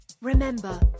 Remember